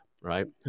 Right